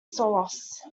sauce